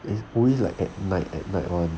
it's always like at night at night [one]